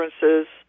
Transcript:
differences